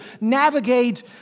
navigate